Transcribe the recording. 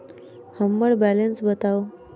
हम्मर बैलेंस बताऊ